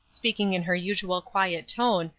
speaking in her usual quiet tone,